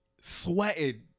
Sweating